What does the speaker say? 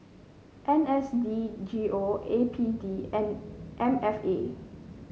N S D G O A P D and M F A